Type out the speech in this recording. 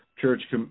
Church